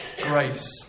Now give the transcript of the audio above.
grace